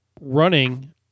running